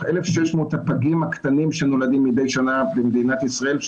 1,600 הפגים הקטנים שנולדים מדי שנה במדינת ישראל,